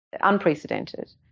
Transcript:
Unprecedented